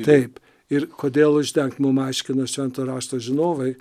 taip ir kodėl uždengt mum aiškino švento rašto žinovai